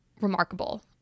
remarkable